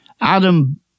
Adam